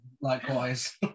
likewise